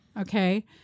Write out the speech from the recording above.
Okay